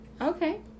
Okay